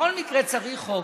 שבכל מקרה צריך חוק,